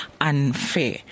unfair